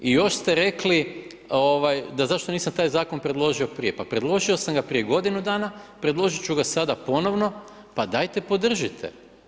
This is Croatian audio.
I još ste rekli da zašto nisam taj zakon predložio prije, pa predložio sam ga prije godinu dana, predložit ću ga sada ponovno pa dajte podržite.